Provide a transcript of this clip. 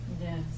Yes